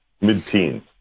mid-teens